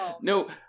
No